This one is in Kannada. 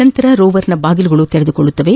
ನಂತರ ರೋವರ್ನ ಬಾಗಿಲುಗಳು ತೆರೆದುಕೊಳ್ಳುತ್ತವೆ